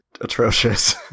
atrocious